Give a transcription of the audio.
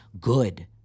good